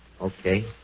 Okay